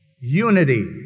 unity